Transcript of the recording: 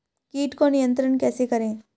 कीट को नियंत्रण कैसे करें?